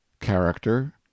Character